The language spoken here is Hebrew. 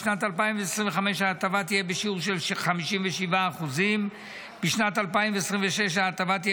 בשנת 2025 ההטבה תהיה בשיעור של 57%; בשנת 2026 ההטבה תהיה